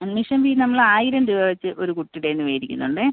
admission fee നമ്മൾ ആയിരം രൂപ വെച്ച് ഒരു കുട്ടിയുടെയിൽനിന്ന് വേടിക്കുന്നുണ്ടേ